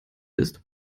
ist